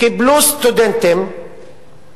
קחו את כל הפרמטרים האלה,